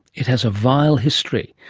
it has a vile history,